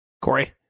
Corey